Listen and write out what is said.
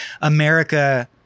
America